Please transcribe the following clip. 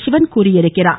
சிவன் தெரிவித்துள்ளார்